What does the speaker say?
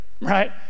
right